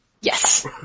Yes